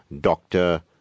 doctor